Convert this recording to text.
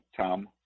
Tom